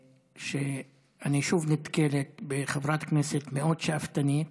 אני שוב נתקל בחברת כנסת מאוד שאפתנית,